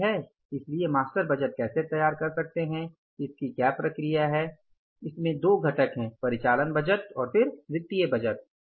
ठीक है इसलिए मास्टर बजट कैसे तैयार कर सकते हैं इसकी यह प्रक्रिया है जिसमें दो घटक हैं परिचालन बजट और फिर वित्तीय बजट